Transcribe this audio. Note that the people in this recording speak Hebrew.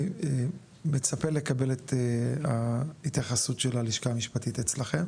אני מצפה לקבל את ההתייחסות של הלשכה המשפטית אצלכם